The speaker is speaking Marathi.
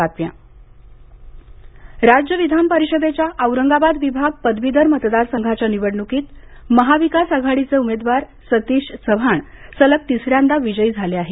महाराष्ट्र विधान परिषद राज्य विधान परिषदेच्या औरंगाबाद विभाग पदवीधर मतदारसंघाच्या निवडणुकीत महाविकास आघाडीचे उमेदवार सतीश चव्हाण सलग तिसऱ्यांदा विजयी झाले आहेत